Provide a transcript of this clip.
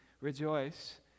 rejoice